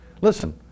Listen